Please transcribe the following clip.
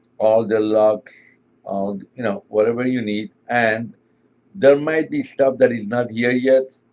all the locks, all you know, whatever you need and there may be stuff that is not here yet.